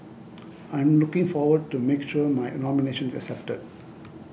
I'm looking forward to making sure my nomination is accepted